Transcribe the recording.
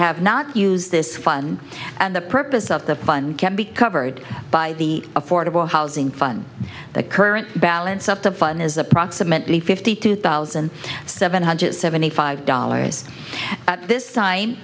have not used this fun and the purpose of the fund can be covered by the affordable housing fund the current balance of the fund is approximately fifty two thousand seven hundred seventy five dollars this